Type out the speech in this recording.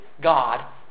God